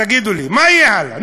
תגידו לי, מה יהיה הלאה?